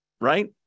right